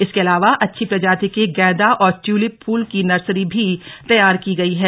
इसके अलावा अच्छी प्रजाति के गेंदा और दयलिप फल की नर्सरी भी तैयार की गई है